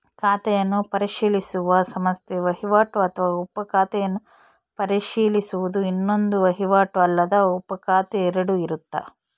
ಖಾತೆಯನ್ನು ಪರಿಶೀಲಿಸುವ ಸಂಸ್ಥೆ ವಹಿವಾಟು ಅಥವಾ ಉಪ ಖಾತೆಯನ್ನು ಪರಿಶೀಲಿಸುವುದು ಇನ್ನೊಂದು ವಹಿವಾಟು ಅಲ್ಲದ ಉಪಖಾತೆ ಎರಡು ಇರುತ್ತ